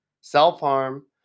self-harm